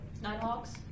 Nighthawks